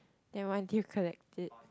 then why did you collect it